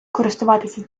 користуватися